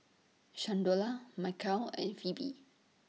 Shalonda Mikeal and Phoebe